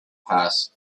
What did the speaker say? passed